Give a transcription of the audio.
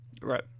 Right